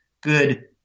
good